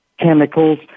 chemicals